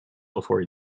before